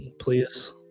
please